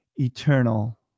eternal